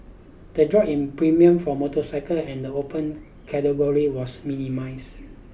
the drop in premiums for motorcycle and the Open Category was minimize